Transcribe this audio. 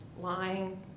lying